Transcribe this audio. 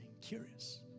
Curious